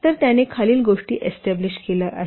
तर त्याने खालील गोष्टी एस्टाब्लिश केल्या आहेत